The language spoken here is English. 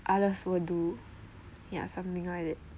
others will do ya something like that